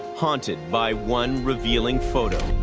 haunted by one revealing photo.